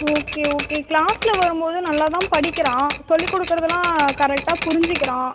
okay okay க்ளாஸ்சில் வரும்போது நல்லா தான் படிக்கிறான் சொல்லிக் கொடுக்கறதுலாம் கரெக்டாக புரிஞ்சுக்கிறான்